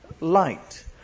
light